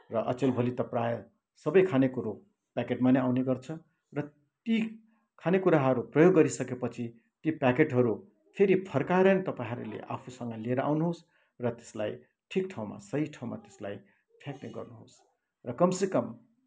र अचेल भोलि त प्रायः सबै खानेकुरो प्याकेटमा नै आउने गर्छ र ती खाने कुराहरू प्रयोग गरिसके पछि ती प्याकेटहरू फेरि फर्काएर नै तपाईँहरूले आफूसँग लिएर आउनुहोस् र त्यसलाई ठिक ठाउँमा सही ठाउँमा त्यसलाई फ्याँक्ने गर्नुहोस् र कमसेकम